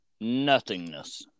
nothingness